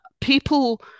people